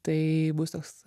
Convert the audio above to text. tai bus toks